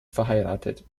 verheiratet